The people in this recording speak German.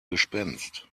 gespenst